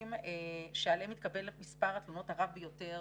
הגופים עליהם התקבל מספר התלונות הרב ביותר